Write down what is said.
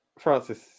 Francis